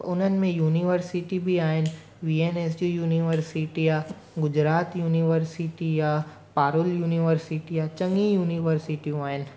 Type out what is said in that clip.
उन्हनि में युनिवर्सिटी बि आहिनि V N S D university आहे गुजरात युनिवर्सिटी आहे पारूल युनिवर्सिटी आहे चङी युनिवर्सिटियूं आहिनि